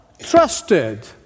trusted